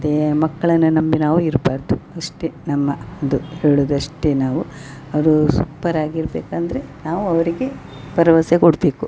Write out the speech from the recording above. ಮತ್ತು ಮಕ್ಕಳನ್ನ ನಂಬಿ ನಾವು ಇರ್ಬಾರದು ಅಷ್ಟೇ ನಮ್ಮ ಇದು ಹೇಳುದು ಅಷ್ಟೇ ನಾವು ಅವರು ಸುಪ್ಪರಾಗಿ ಇರ್ಬೇಕಂದರೆ ನಾವು ಅವರಿಗೆ ಭರವಸೆ ಕೊಡಬೇಕು